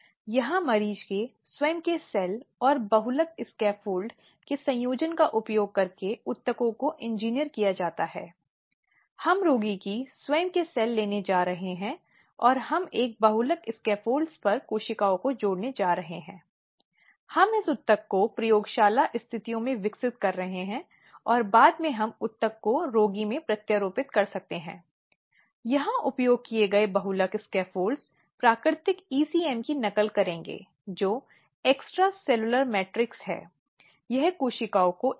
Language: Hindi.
पिछले व्याख्यान में हम यह देखने की कोशिश करते हैं कि उनसे क्या अपेक्षा की जाती है जिसमें उनके लिए यह आवश्यक है कि वे संवाद स्थापित करने के लिए एक ऐसा वातावरण तैयार करें जिससे पार्टियों में विश्वास और विश्वास को सम्मान के साथ व्यवहार किया जा सके यह देखने के लिए कोई पूर्वाग्रह में विश्वास आदि को नहीं मानता जो निर्णय लेने की प्रक्रिया के रास्ते में आता है